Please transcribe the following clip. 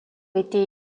été